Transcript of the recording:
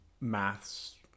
maths